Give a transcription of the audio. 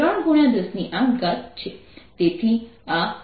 35×10 6 N બને છે